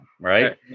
right